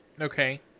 Okay